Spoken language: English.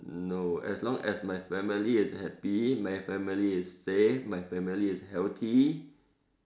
no as long as my family is happy my family is safe my family is healthy